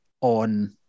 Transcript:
on